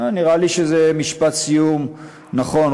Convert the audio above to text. נראה לי שזה משפט סיום נכון.